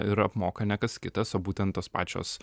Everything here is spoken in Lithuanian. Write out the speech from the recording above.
ir apmoka ne kas kitas o būtent tos pačios